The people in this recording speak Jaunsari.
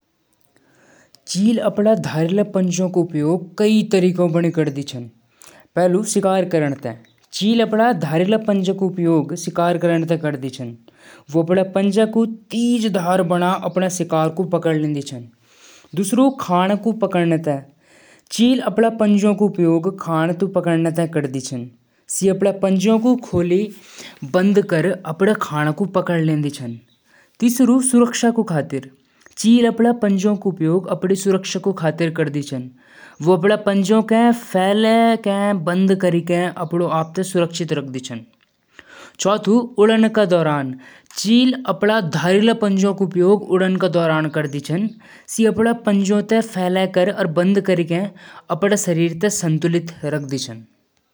पीला रंग देखदा म सूरज क रोशनी क याद आउंछ। यु रंग खुशाली, आशा और सृजनशीलता क प्रतीक च। सरसों क खेत देखदा यो रंग अपण गांव क याद दिलांदा।